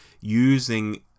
using